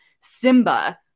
Simba